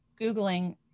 Googling